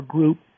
Group